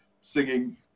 singing